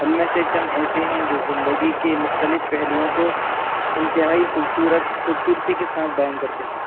ان میں سے چند ایسے ہیں جو زندگی کے مختلف پہلوؤں کو انتہائی خوبصورت خوبصورتی کے ساتھ بیان کرتے ہیں